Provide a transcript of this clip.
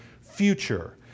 future